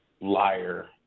liar